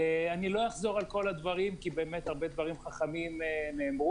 אני לא אחזור על כל הדברים כי באמת הרבה דברים חכמים נאמרו.